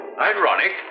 Ironic